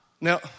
now